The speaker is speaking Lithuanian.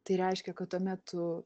tai reiškia kad tuomet tu